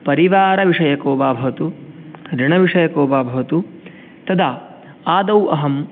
पारिवारविषयको वा भवतु ऋणविषयको वा भवतु तदा आदौ अहं